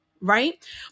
Right